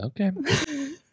Okay